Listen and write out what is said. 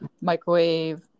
microwave